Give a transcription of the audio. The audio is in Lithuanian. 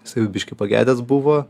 jisai jau biškį pagedęs buvo